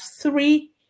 three